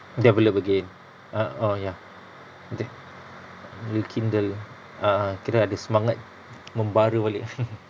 develop again ah oh ya rekindle ah kira ada semangat membara balik